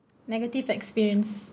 negative experience